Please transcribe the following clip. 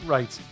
Right